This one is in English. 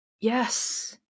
Yes